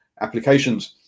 applications